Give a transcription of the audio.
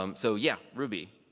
um so, yeah, ruby.